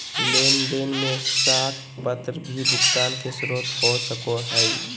लेन देन में साख पत्र भी भुगतान के स्रोत हो सको हइ